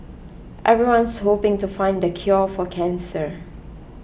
everyone's hoping to find the cure for cancer